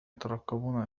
يترقبون